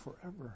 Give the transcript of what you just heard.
forever